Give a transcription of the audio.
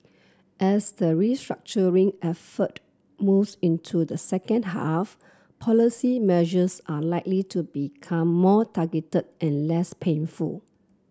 as the restructuring effort moves into the second half policy measures are likely to become more targeted and less painful